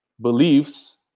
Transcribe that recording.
beliefs